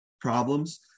problems